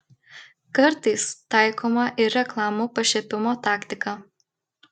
kartais taikoma ir reklamų pašiepimo taktika